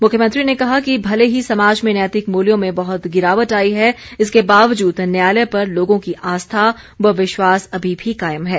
मुख्यमंत्री ने कहा कि भले ही समाज में नैतिक मूल्यों में बहुत गिरावट आई है इसके बावजूद न्यायालय पर लोगों की आस्था व विश्वास अभी भी कायम है